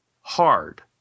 hard